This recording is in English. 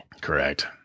Correct